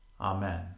Amen